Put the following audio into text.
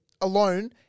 alone